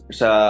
sa